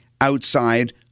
outside